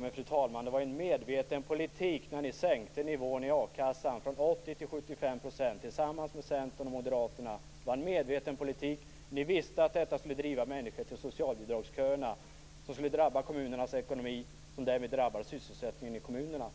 Men, fru talman, det var ju en medveten politik när ni sänkte nivån i akassan från 80 % till 75 % tillsammans med Centern och Moderaterna. Det var en medveten politik. Ni visste att detta skulle driva människor till socialbidragsköerna, vilket skulle drabba kommunernas ekonomi och därmed också sysselsättningen i kommunerna.